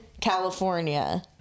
California